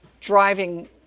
driving